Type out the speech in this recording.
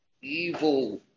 evil